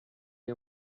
you